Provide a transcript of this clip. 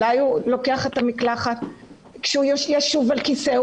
אולי הוא מתקלח כשהוא ישוב על כיסא.